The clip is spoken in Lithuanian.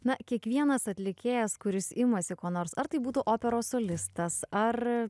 na kiekvienas atlikėjas kuris imasi ko nors ar tai būtų operos solistas ar